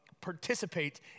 participate